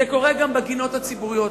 זה קורה גם בגינות הציבוריות.